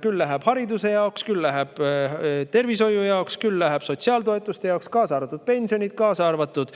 küll läheb hariduse jaoks, küll läheb tervishoiu jaoks, küll läheb sotsiaaltoetuste jaoks, kaasa arvatud pensionid, kaasa arvatud